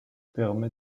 permet